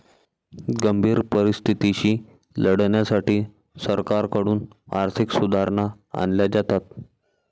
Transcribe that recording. गंभीर परिस्थितीशी लढण्यासाठी सरकारकडून आर्थिक सुधारणा आणल्या जातात